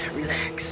relax